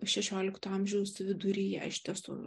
šešiolikto amžiaus viduryje iš tiesų